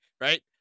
Right